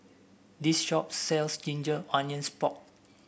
this shop sells Ginger Onions Pork